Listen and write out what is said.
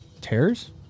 tears